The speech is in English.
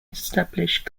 established